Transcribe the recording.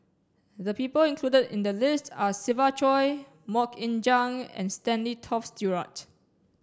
the people included in the list are Siva Choy Mok Ying Jang and Stanley Toft Stewart